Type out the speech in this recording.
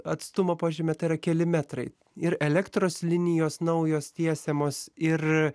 atstumą po žeme tai yra keli metrai ir elektros linijos naujos tiesiamos ir